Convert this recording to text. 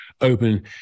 open